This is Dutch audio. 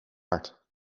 hard